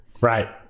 right